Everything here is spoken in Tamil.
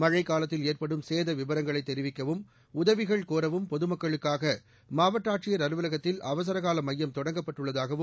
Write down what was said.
மன்றக்காலத்தில் ஏற்படும் சேத விவரங்களை தெரிவிக்கவும் உதவிகள் கோவும் பொதுமக்களுக்கக மாவட்ட ஆட்சியர் அலுவலகத்தில் அவசர கால மையம் தொடங்கப்பட்டுள்ளதாகவும்